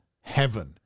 heaven